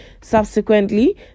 subsequently